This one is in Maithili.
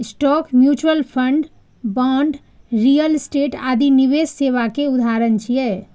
stock, mutual fund, bond, real estate आदि निवेश सेवा के उदाहरण छियै